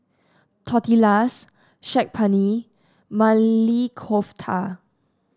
Tortillas Saag Paneer Maili Kofta